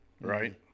Right